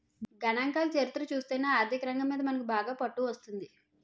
గణాంకాల చరిత్ర చూస్తేనే ఆర్థికరంగం మీద మనకు బాగా పట్టు వస్తుంది